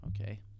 Okay